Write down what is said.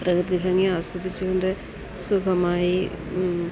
പ്രകൃതി ഭംഗി ആസ്വാധിച്ചു കൊണ്ട് സുഖമായി